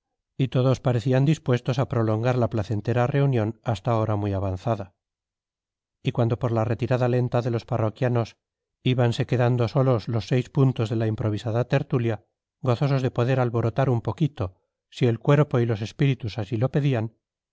y todos parecían dispuestos a prolongar la placentera reunión hasta hora muy avanzada y cuando por la retirada lenta de los parroquianos íbanse quedando solos los seis puntos de la improvisada tertulia gozosos de poder alborotar un poquito si el cuerpo y los espíritus así lo pedían